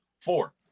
Four